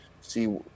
see